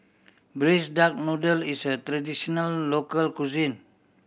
Braised Duck Noodle is a traditional local cuisine